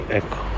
ecco